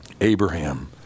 Abraham